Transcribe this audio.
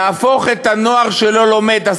להפוך את הנוער שלא לומד,